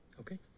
Okay